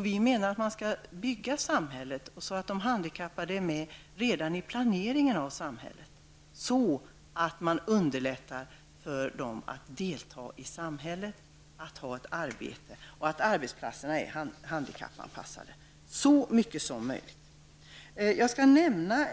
Vi menar att man skall bygga samhället så att de handikappade är med redan i planeringen av samhället. Därigenom underlättar man för dem att delta i samhället och att ta ett arbete samt att arbetsplatserna blir handikappanpassade så långt möjligt. Jag vill också nämna